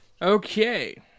Okay